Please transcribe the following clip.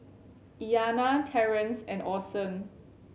Iyanna Terence and Orson